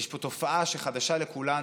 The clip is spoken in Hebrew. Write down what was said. יש פה תופעה שחדשה לכולנו.